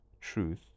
truth